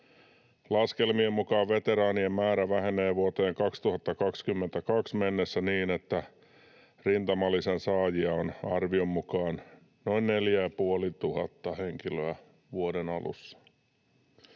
Laskelmien mukaan veteraanien määrä vähenee vuoteen 2022 mennessä niin, että rintamalisän saajia on vuoden alussa arvion mukaan noin 4 500 henkilöä. Aloitteessa